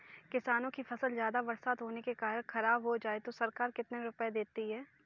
किसानों की फसल ज्यादा बरसात होने के कारण खराब हो जाए तो सरकार कितने रुपये देती है?